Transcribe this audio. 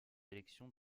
élections